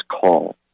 call